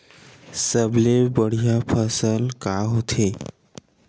सबले बढ़िया फसल का होथे?